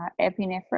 Epinephrine